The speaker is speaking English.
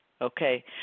Okay